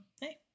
Hey